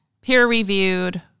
peer-reviewed